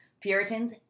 Puritans